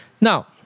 Now